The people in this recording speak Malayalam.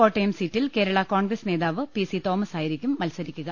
കോട്ടയം സീറ്റിൽ കേരളാ കോൺഗ്രസ് നേതാവ് പി സി തോമസ് ആയിരിക്കും മത്സരിക്കു ക